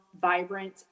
vibrant